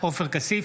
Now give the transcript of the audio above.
עופר כסיף,